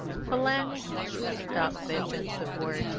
philan she stopped the offensive word.